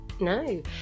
No